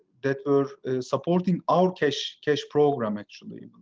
that were supporting our cash cash program, actually,